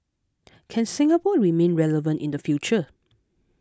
can Singapore remain relevant in the future